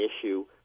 issue